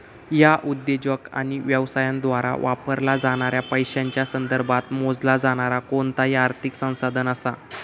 ह्या उद्योजक आणि व्यवसायांद्वारा वापरला जाणाऱ्या पैशांच्या संदर्भात मोजला जाणारा कोणताही आर्थिक संसाधन असा